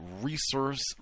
resource